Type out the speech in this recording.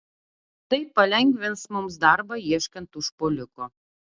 tai palengvins mums darbą ieškant užpuoliko